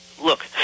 look